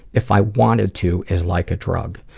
if i wanted to, is like a drug.